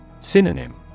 Synonym